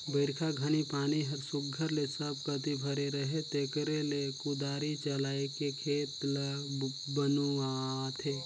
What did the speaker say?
बरिखा घनी पानी हर सुग्घर ले सब कती भरे रहें तेकरे ले कुदारी चलाएके खेत ल बनुवाथे